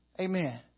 Amen